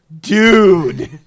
Dude